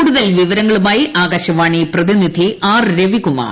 കൂടുതൽ വിവരങ്ങളുമായി ആകാശവാണി പ്രതിനിധി ആർ രവികുമാർ